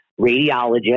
radiologist